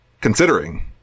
considering